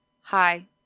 hi